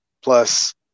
plus